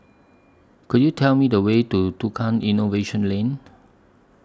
Could YOU Tell Me The Way to Tukang Innovation Lane